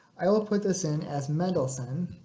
i will put this in as mendelssohn,